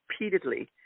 repeatedly